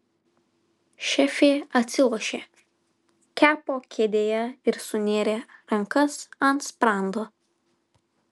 šefė atsilošė kepo kėdėje ir sunėrė rankas ant sprando